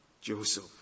Joseph